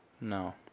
No